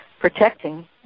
protecting